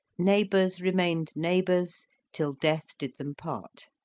neighbours remained neighbours till death did them part.